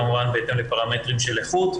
כמובן בהתאם לפרמטרים של איכות,